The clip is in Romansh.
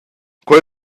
quei